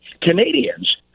canadians